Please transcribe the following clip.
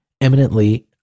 eminently